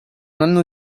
hanno